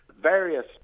various